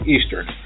Eastern